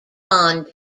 bond